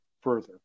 further